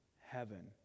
heaven